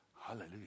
hallelujah